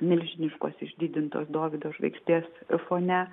milžiniškos išdidintos dovydo žvaigždės fone